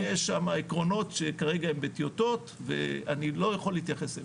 יש שם עקרונות שכרגע הם בטיוטות ואני לא יכול להתייחס אליהם.